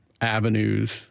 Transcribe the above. avenues